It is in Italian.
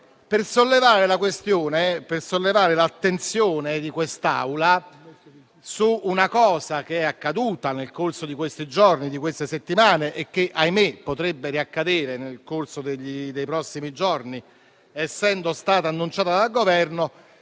per porre all'attenzione di quest'Assemblea qualcosa che è accaduto nel corso di questi giorni e di queste settimane e che, ahimè, potrebbe riaccadere nel corso dei prossimi giorni, essendo stata annunciata dal Governo,